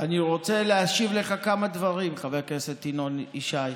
אני רוצה להשיב לך כמה דברים, חבר הכנסת ינון ישי.